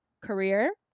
career